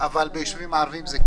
כל זה לא נקרא במקרה מחלת הסגר.